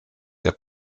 der